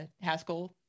Haskell